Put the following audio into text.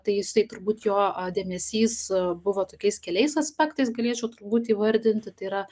tai jisai turbūt jo dėmesys buvo tokiais keliais aspektais galėčiau turbūt įvardinti tai yra